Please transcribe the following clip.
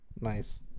Nice